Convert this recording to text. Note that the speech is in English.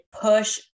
push